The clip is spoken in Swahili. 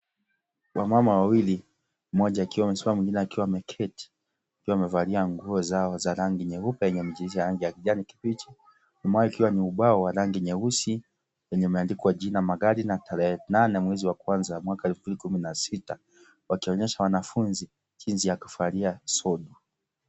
Wamama wawili mmoja akiwa amesimama mwingine akiwa ameketi wakiwa wamevalia nguo zao za rangi nyeupe yenye michirizi ya rangi ya kijani kibichi, nyuma yao ikiwa ni ubao wa rangi nyeusi yenye imeandikwa jina magari na tarehe nane mwezi wa kwanza mwaka wa elfu mbili kumi na sita wakionyesha wanafunzi jinsi ya kuvalia sodo.